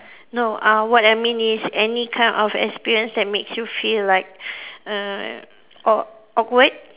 no uh what I mean is any kind of experience that makes you feel like err aw~ awkward